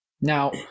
Now